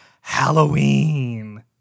Halloween